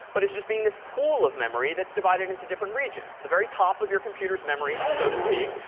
but as just being this pool of memory that's divided into different regions. the very top of your computer's memory, so to speak,